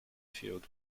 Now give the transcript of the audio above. field